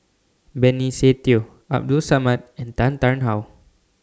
Benny Se Teo Abdul Samad and Tan Tarn How